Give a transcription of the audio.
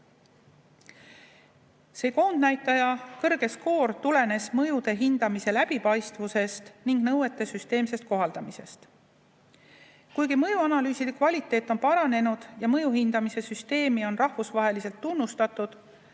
See koondnäitaja kõrge skoor tulenes mõjude hindamise läbipaistvusest ning nõuete süsteemsest kohaldamisest. Kuigi mõjuanalüüside kvaliteet on paranenud ja mõjude hindamise süsteemi on rahvusvaheliselt tunnustatud,